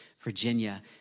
Virginia